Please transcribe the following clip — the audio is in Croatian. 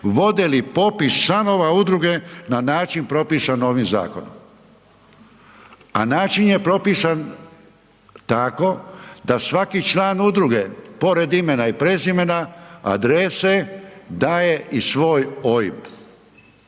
vode li popis članova udruge na način propisan ovim zakonom? A način je propisan tako da svaki član udruge pored imena i prezimena, adrese, daje i svoj OIB,